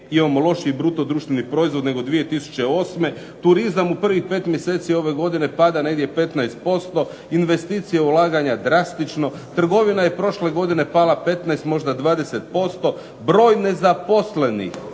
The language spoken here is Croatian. imamo lošiji bruto društveni proizvod nego 2008. Turizam u prvih 5 mjeseci ove godine pada negdje 15%, investicije i ulaganja drastično, trgovina je prošle godine pala 15, možda 20%. Broj nezaposlenih…